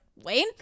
Wayne